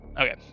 okay